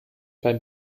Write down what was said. beim